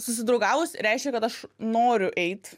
susidraugavus reiškia kad aš noriu eit